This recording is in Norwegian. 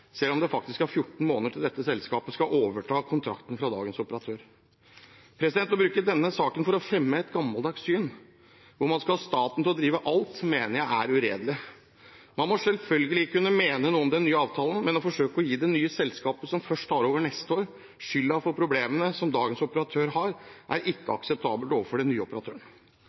selv om det faktisk er 14 måneder til dette selskapet skal overta kontrakten etter dagens operatør. Å bruke denne saken til å fremme et gammeldags syn hvor man skal ha staten til å drive alt, mener jeg er uredelig. Man må selvfølgelig kunne mene noe om den nye avtalen, men å forsøke å gi det nye selskapet, som ikke tar over før til neste år, skylden for problemene som dagens operatør har, er ikke akseptabelt overfor den nye operatøren.